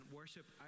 worship